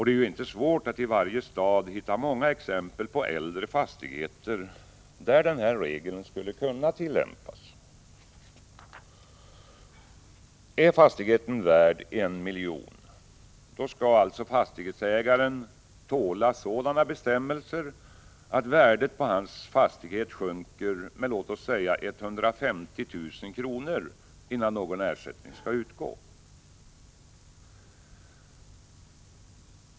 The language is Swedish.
Det är inte svårt att i varje stad hitta många exempel på äldre fastigheter där denna regel skulle kunna tillämpas. Är fastigheten värd 1 milj.kr. skall fastighetsägaren enligt lagförslaget alltså tåla sådana bestämmelser att värdet på hans fastighet sjunker med låt oss säga 150 000 kr., innan någon ersättning skall utgå.